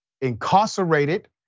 incarcerated